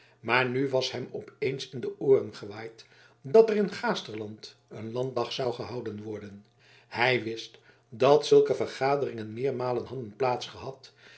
maar nu was hem op eens in de ooren gewaaid dat er in gaasterland een landdag zou gehouden worden hij wist dat zulke vergaderingen meermalen hadden